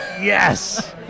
Yes